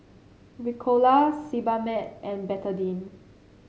Ricola Sebamed and Betadine